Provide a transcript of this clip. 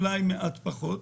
אולי מעט פחות.